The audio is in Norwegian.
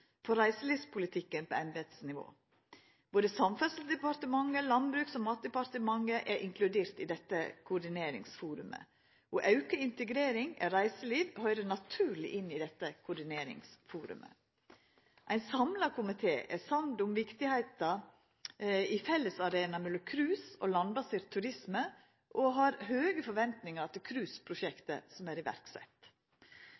for reiselivspolitikken på embetsnivå. Både Samferdselsdepartementet og Landbruks- og matdepartementet er inkludert i dette koordineringsforumet, og auka integrering av reiseliv høyrer naturleg inn i dette koordineringsforumet. Ein samla komité er samd i viktigheita i fellesarenaer mellom cruise og landbasert turisme og har høge forventingar til